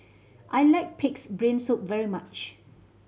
I like Pig's Brain Soup very much